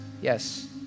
yes